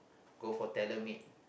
go for tailor made